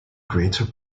greater